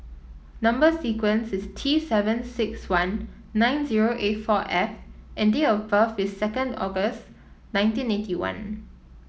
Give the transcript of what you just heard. number sequence is T seven six one nine zero eight four F and date of birth is second August nineteen eighty one